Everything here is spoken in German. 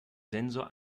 sensor